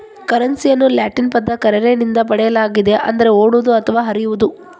ಕರೆನ್ಸಿಯನ್ನು ಲ್ಯಾಟಿನ್ ಪದ ಕರ್ರೆರೆ ನಿಂದ ಪಡೆಯಲಾಗಿದೆ ಅಂದರೆ ಓಡುವುದು ಅಥವಾ ಹರಿಯುವುದು